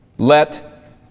Let